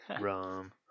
Rum